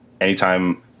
anytime